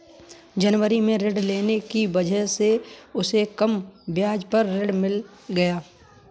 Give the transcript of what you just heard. जनवरी में ऋण लेने की वजह से उसे कम ब्याज पर ऋण मिल गया